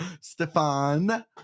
Stefan